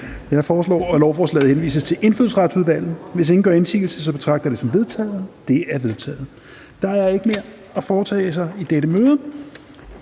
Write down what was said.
Jeg foreslår, at lovforslaget henvises til Indfødsretsudvalget. Hvis ingen gør indsigelse, betragter jeg det som vedtaget. Det er vedtaget. --- Kl. 20:42 Meddelelser